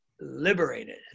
liberated